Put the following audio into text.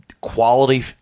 quality